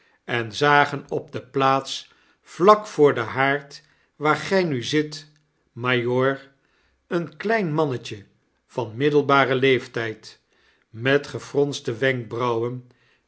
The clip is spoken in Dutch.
en zagen op de plaats vlak voor den haard waar gij nu zit majoor een klein mannetje van middelbaren leeftijd met gefronste wenkbrauwen